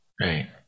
Right